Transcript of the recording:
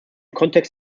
kontext